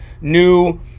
new